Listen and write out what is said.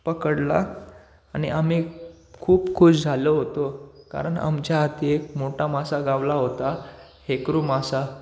पकडला आणि आम्ही खूप खुश झालो होतो कारण आमच्या हाती एक मोठा मासा गावला होता हेकरू मासा